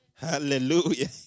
Hallelujah